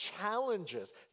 challenges